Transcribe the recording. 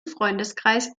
freundeskreis